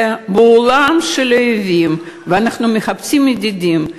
בעולם של אויבים, ואנחנו מחפשים ידידים.